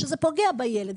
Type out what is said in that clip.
שזה פוגע בילד.